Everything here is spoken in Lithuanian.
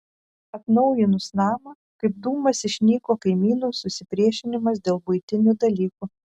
atnaujinus namą kaip dūmas išnyko kaimynų susipriešinimas dėl buitinių dalykų